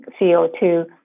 CO2